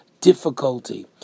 difficulty